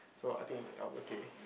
so I think I'll be okay